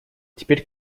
теперь